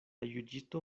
juĝisto